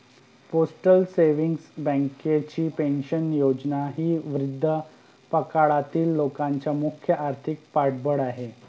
postal savings बँकेची pension योजना ही वृद्धापकाळातील लोकांचे मुख्य आर्थिक पाठबळ आहे